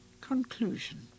Conclusion